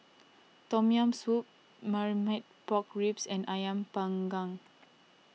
Tom Yam Soup Marmite Pork Ribs and Ayam Panggang